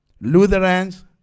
Lutherans